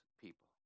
people